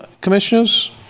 commissioners